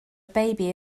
baby